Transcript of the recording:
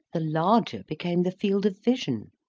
the larger became the field of vision.